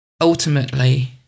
ultimately